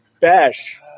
bash